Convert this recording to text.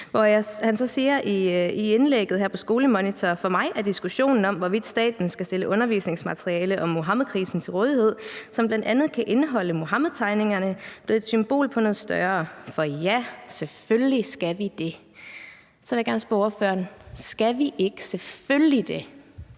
hvor han så siger i indlægget her på Skolemonitor: »For mig er diskussionen om, hvorvidt staten skal stille undervisningsmateriale om Muhammedkrisen til rådighed, som bl.a. kan indeholde Muhammedtegningerne, blevet et symbol på noget større. For ja, selvfølgelig skal vi det.« Så vil jeg gerne spørge ordføreren: Skal vi ikke selvfølgelig det?